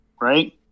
right